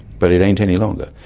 but it ain't any longer.